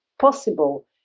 possible